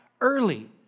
early